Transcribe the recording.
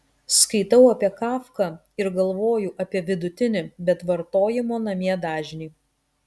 skaitau apie kafką ir galvoju apie vidutinį bet vartojimo namie dažnį